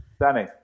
Danny